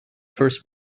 first